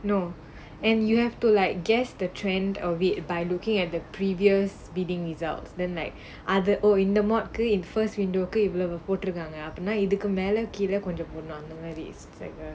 no and you have to like guests the trend of it by looking at the previous bidding results then like அது:athu oh இந்த:intha module கு:ku first window கு இவளோ போட்டுருக்காங்க:ku ivlo pottrukkaanga so அப்பேனா இதுக்கு மேல கீழ போடணும் அந்த மாரி:appenaa ithukku mela keela podanum antha maari